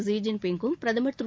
Xi ஜின்பிங்கும் பிரதமர் திரு